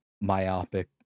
myopic